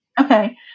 Okay